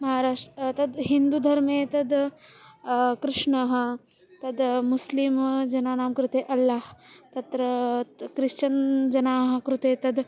महाराष्ट्रं तद् हिन्दुधर्मे तद् कृष्णः तद् मुस्लिम् जनानां कृते अल्ला तत्र क्रिश्चन् जनानां कृते तद्